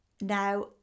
now